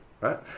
right